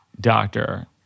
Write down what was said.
doctor